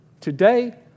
Today